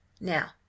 Now